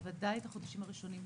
בוודאי את החודשים הראשונים,